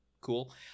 cool